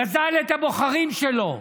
גזל את הבוחרים שלו,